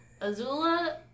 Azula